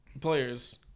Players